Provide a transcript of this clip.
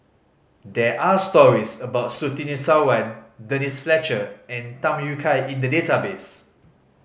there are stories about Surtini Sarwan Denise Fletcher and Tham Yui Kai in the database